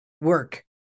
work